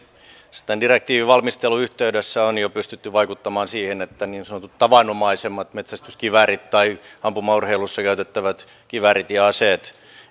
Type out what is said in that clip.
sen direktiivin valmistelun yhteydessä on jo pystytty vaikuttamaan siihen että niin sanotut tavanomaisemmat metsästyskiväärit tai ampumaurheilussa käytettävät kiväärit ja aseet